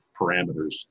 parameters